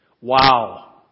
Wow